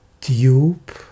tube